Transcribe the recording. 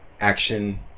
Action